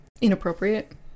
inappropriate